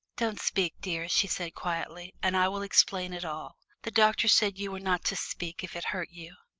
don't speak, dear, she said quietly, and i will explain it all. the doctor said you were not to speak if it hurt you.